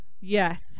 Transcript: yes